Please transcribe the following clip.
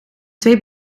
twee